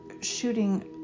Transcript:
shooting